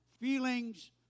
feelings